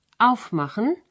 aufmachen